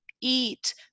eat